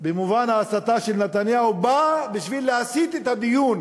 במובן ההסתה של נתניהו בא בשביל להסיט את הדיון